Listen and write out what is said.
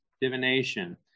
divination